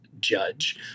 judge